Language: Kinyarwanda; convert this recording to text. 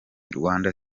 rwanda